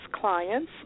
clients